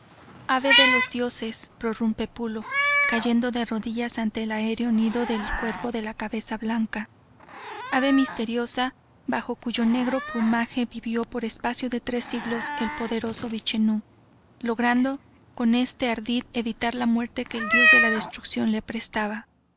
ave de los dioses prorrumpe pulo cayendo de rodillas ante el aéreo nido del cuervo de la cabeza blanca ave misteriosa bajo cuyo negro plumaje vivió por espacio de tres siglos el poderoso vichenú logrando con este ardid evitar la muerte que el dios de la destrucción le aprestaba